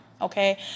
Okay